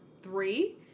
three